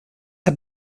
had